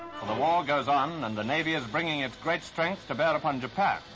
for the war goes on and the navy is bringing it's great strength to bear upon japan.